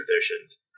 traditions